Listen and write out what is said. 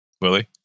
Willie